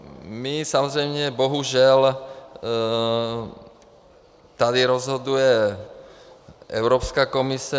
My samozřejmě bohužel tady rozhoduje Evropská komise.